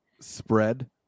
spread